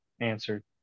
answered